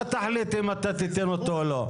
אתה תחליט אם אתה תיתן אותו או לא.